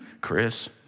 Chris